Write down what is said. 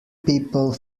people